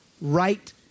right